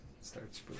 starts